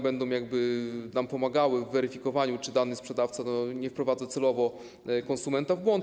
Będą nam one pomagały w weryfikowaniu, czy dany sprzedawca nie wprowadza celowo konsumenta w błąd.